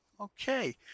Okay